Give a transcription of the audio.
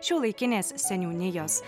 šiuolaikinės seniūnijos